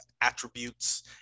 attributes